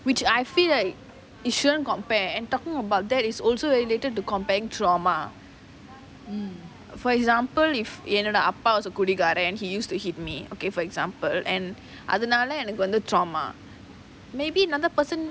which I feel like it shouldn't compare and talking about that is also related to comparing trauma for example if என்னோட அப்பா ஒரு குடிகாரன்:ennada appa oru kudigaaran he used to hit me okay for example and அதுனால எனக்கு:athunaala ennaku trauma maybe another person